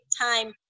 time